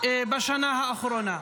בשנה האחרונה.